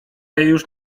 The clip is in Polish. już